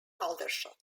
aldershot